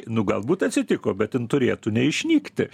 nu galbūt atsitiko bet jin turėtų neišnykti